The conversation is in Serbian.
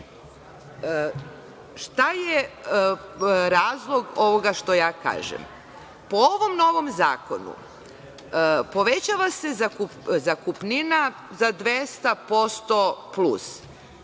je razlog ovoga što kažem? Po ovom novom zakonu povećava se zakupnina za 200% plus.